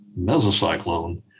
mesocyclone